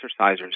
exercisers